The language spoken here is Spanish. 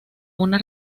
una